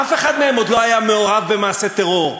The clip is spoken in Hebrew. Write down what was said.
אף אחד מהם עוד לא היה מעורב במעשה טרור,